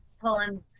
pulling